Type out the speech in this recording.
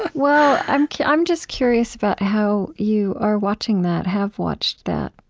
well, i'm yeah i'm just curious about how you are watching that, have watched that.